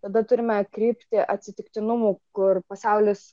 tada turime kryptį atsitiktinumų kur pasaulis